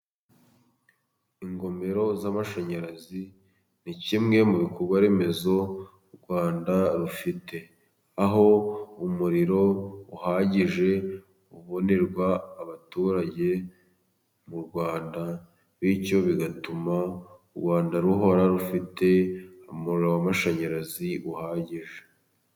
Ingomero z'amashanyarazi ni kimwe mu bikorwa remezo u Rwanda rufite. Aho umuriro uhagije ubonerwa abaturage mu Rwanda. Bityo bigatuma u Rwanda rugahora rufite umuriro w'amashanyarazi uhagije.